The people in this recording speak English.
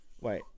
Wait